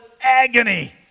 agony